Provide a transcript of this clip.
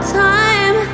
time